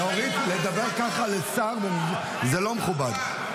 לדבר ככה לשר זה לא מכובד.